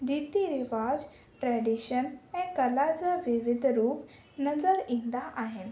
रिती रवाज ट्रेडीशन ऐं कला जा विविध रूप नज़र ईंदा आहिनि